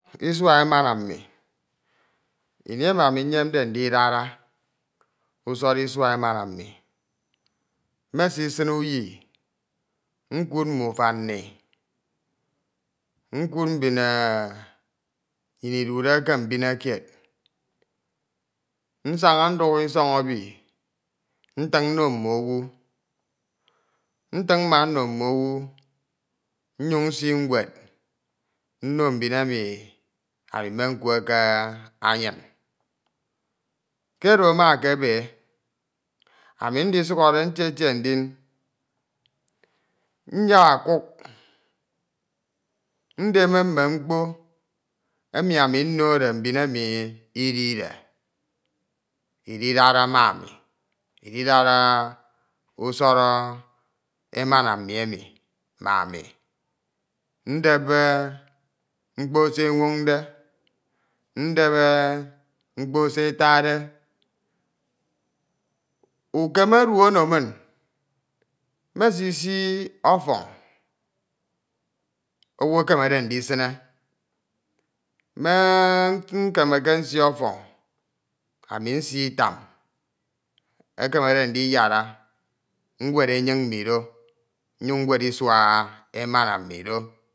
Usua emana mmi. Ini emi ami nyemde ndidara usọrọ isua emena mmi, maresi sin uyi nkuud mme ufan nni, nkuud mbun myin idude ke mbine kied, saña nduk isọri ebi ntin mmo mme owu. Ntin mma nno mme owu, nnyin nsii ñwed nno mime owu, niyun nsii ñwed nno mbin emi ami me nkwe ke anyin ke edo ama ekebe, ami ndisukhode ntetie ndin nda akuk ndeme mme mkpo emi ami nnode mme mbin emi idide ididara ma ami, ididara usorọ emana mmi emi ma ami ndep eh mkpo se etade ndep eh mkpo se etade. Ukeme edu ono inñ, mmesi sii ọfọñ owu ekemede ndisime me nkemeke nsii ọfọñ ami nsii itam ekemede nditara nwed enyin inb do nnyun nwed isua emana mmi do.